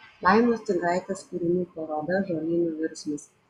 laimos dzigaitės kūrinių paroda žolynų virsmas